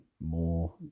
more